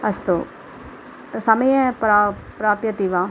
अस्तु समये प्राप्यति वा